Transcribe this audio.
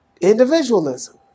Individualism